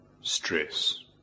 stress